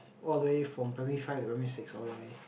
all the way from primary five to primary six all the way